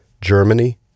Germany